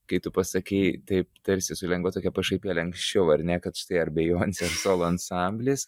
kai tu pasakei taip tarsi su lengva tokia pašaipėle anksčiau ar ne kad štai ar bijonse solo ansamblis